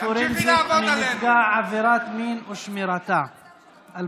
אנחנו עוברים להצבעה בקריאה ראשונה על